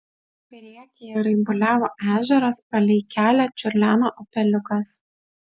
priekyje raibuliavo ežeras palei kelią čiurleno upeliukas